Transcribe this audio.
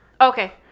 Okay